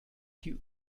die